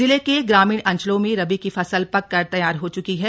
जिले के ग्रामीण अंचलों में रबी की फसल पक कर तैयार हो च्की है